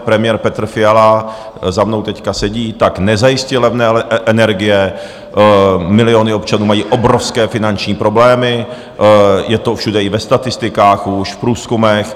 Premiér Petr Fiala za mnou teď sedí, tak nezajistil levné energie, miliony občanů mají obrovské finanční problémy, je to všude i ve statistikách už, v průzkumech.